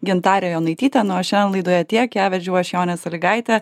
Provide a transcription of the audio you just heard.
gintare jonaityte na o šiandien laidoje tiek ją vedžiau aš jonė salygaitė